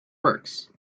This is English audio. works